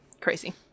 Crazy